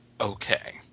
okay